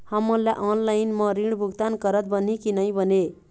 हमन ला ऑनलाइन म ऋण भुगतान करत बनही की नई बने?